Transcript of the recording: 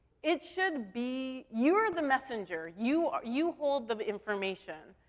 it should be you're the messenger. you, you hold the information.